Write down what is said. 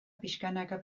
pixkanaka